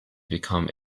become